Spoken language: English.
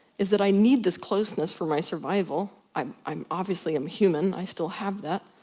is that i need this closeness for my survival, i'm i'm obviously, i'm human, i still have that,